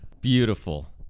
beautiful